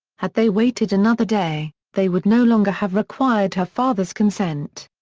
had they waited another day, they would no longer have required her father's consent.